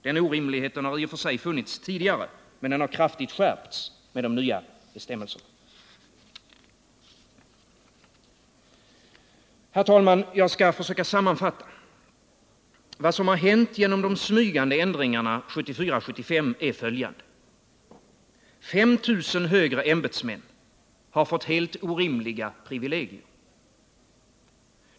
Denna orimlighet har i och för sig funnits tidigare, men den har kraftigt skärpts med de nya bestämmelserna. Herr talman! Jag skall försöka sammanfatta. Vad som har hänt genom de smygande ändringarna 1974-1975 är följande. 5 000 högre ämbetsmän har fått helt orimliga privilegier.